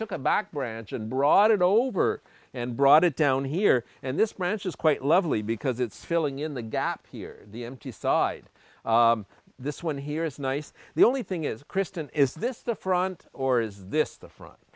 took a back branch and brought it over and brought it down here and this branch is quite lovely because it's filling in the gap here the empty side this one here is nice the only thing is kristen is this the front or is this the front